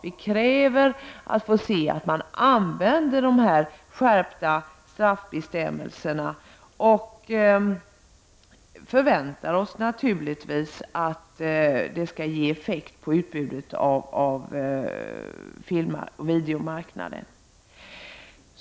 Vi kräver att man använder de här skärpta straffbestämmelserna, och vi förväntar oss att det skall ge effekt på utbudet på filmoch videomarknaden.